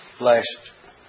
last